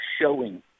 showing